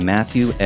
Matthew